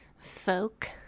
folk